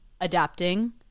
adapting